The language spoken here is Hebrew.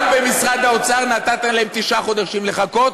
גם במשרד האוצר נתת להם תשעה חודשים לחכות